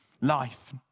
life